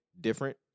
different